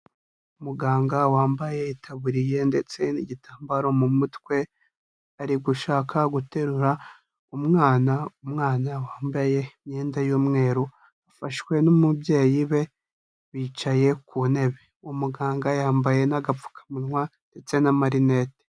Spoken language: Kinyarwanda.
Muganga wambaye itaburiye ndetse n'igitambaro mu mutwe, ari gushaka guterura umwana, umwana wambaye imyenda y'umweru, afashwe n'umubyeyi we bicaye ku ntebe, umuganga yambaye n'agapfukamunwa ndetse n'amarinete.